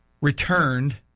returned